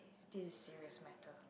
this is serious matter